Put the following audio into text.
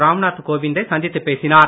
ராம் நாத் கோவிந்தை சந்தித்துப் பேசினார்